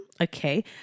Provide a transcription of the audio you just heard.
okay